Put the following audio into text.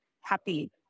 happy